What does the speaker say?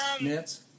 Nets